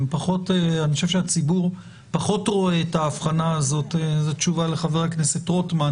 אני חושב שהציבור פחות רואה את ההבחנה הזאת זו תשובה לחבר הכנסת רוטמן